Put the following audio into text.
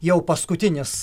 jau paskutinis